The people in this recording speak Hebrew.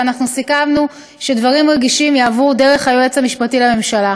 ואנחנו סיכמנו שדברים רגישים יעברו דרך היועץ המשפטי לממשלה.